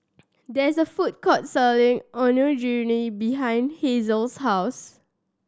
there is a food court selling Onigiri behind Hasel's house